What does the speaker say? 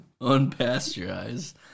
unpasteurized